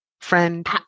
Friend